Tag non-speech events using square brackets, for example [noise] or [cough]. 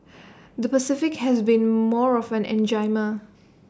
the Pacific has been more of an enigma [noise]